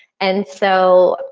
and so